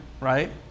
right